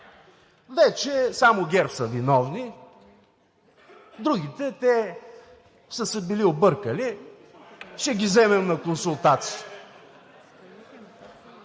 вече само ГЕРБ са виновни, другите, те са се били объркали, ще ги вземем на консултации.